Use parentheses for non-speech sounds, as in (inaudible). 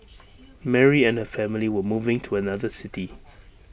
(noise) Mary and her family were moving to another city